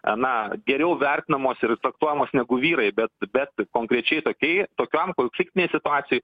a na geriau vertinamos ir traktuojamos negu vyrai bet bet konkrečiai tokie jie tokiam konfliktinėj situacijoj